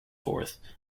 fourth